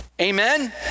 Amen